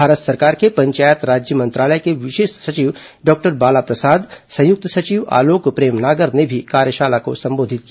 भारत सरकार के पंचायत राज्य मंत्रालय के विशेष सचिव डॉक्टर बाला प्रसाद संयुक्त सचिव आलोक प्रेमनागर ने भी कार्यशाला को संबोधित किया